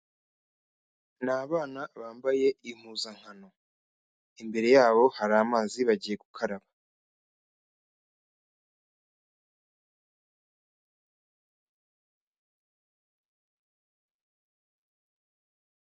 Ni abana bambaye impuzankano. Imbere yabo hari amazi bagiye gukaraba.